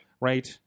Right